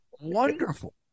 wonderful